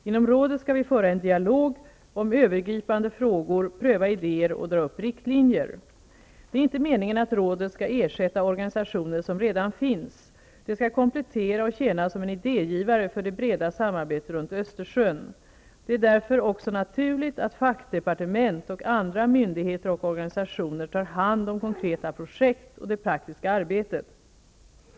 Inom Rådet skall vi föra en dialog om övergripande frågor, pröva idéer och dra upp riktlinjer. Det är inte meningen att rådet skall ersätta organisationer som redan finns. Det skall komplettera och tjäna som en idégivare för det breda samarbetet runt Östersjön. Det är därför också naturligt att fackdepartement och andra myndigheter och organisationer tar hand om konkreta projekt och det praktiska arbetet.